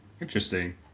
Interesting